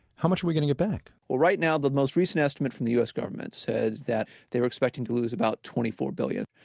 how much are we going to get back? well right now, the most recent estimate from the u s. government says that they're expecting to lose about twenty four billion